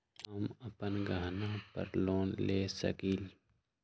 हम अपन गहना पर लोन ले सकील?